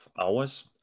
hours